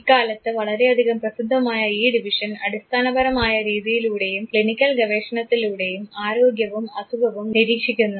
ഇക്കാലത്ത് വളരെയധികം പ്രസിദ്ധമായ ഈ ഡിവിഷൻ അടിസ്ഥാനപരമായ രീതിയിലൂടെയും ക്ലിനിക്കൽ ഗവേഷണത്തിലൂടെയും ആരോഗ്യവും അസുഖവും നിരീക്ഷിക്കുന്നു